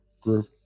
group